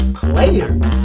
players